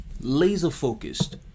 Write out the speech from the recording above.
Laser-focused